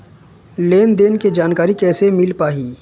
लेन देन के जानकारी कैसे मिल पाही?